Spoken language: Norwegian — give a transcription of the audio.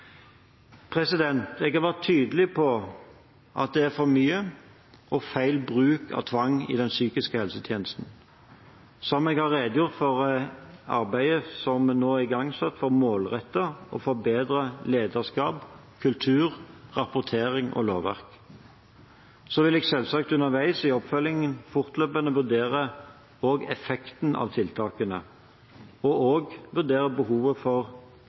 Jeg har vært tydelig på at det er for mye og feil bruk av tvang i den psykiske helsetjenesten. Som jeg har redegjort for, har vi nå igangsatt arbeidet med målrettet å forbedre lederskap, kultur, rapportering og lovverk. Så vil jeg selvsagt underveis i oppfølgingen fortløpende også vurdere effekten av tiltakene og vurdere behovet for